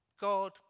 God